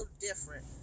different